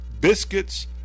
biscuits